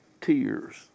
Tears